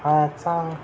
हा चांग